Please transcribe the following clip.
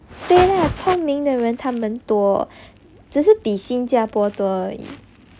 对啦聪明的人他们多只是比新加坡多而已